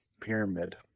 pyramid